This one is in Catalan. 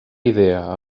idea